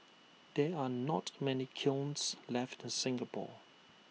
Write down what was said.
there are not many kilns left in Singapore